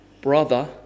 brother